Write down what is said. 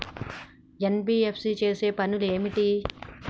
NBFC చేసే పనులు ఏమిటి?